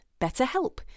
BetterHelp